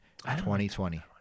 2020